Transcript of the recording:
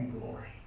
glory